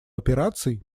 операций